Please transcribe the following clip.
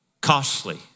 Costly